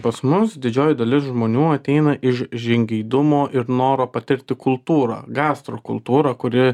pas mus didžioji dalis žmonių ateina iš žingeidumo ir noro patirti kultūrą gastro kultūrą kuri